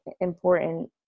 important